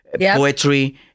poetry